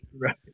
Right